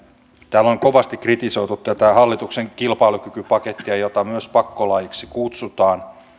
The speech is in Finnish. täällä on kovasti kritisoitu tätä hallituksen kilpailukykypakettia jota myös pakkolaiksi kutsutaan